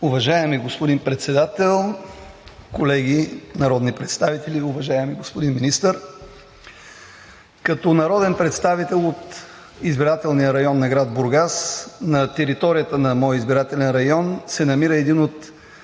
Уважаеми господин Председател, колеги народни представители! Уважаеми господин Министър, като народен представител от избирателния район на град Бургас, на територията на моя избирателен район се намира един от